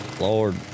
Lord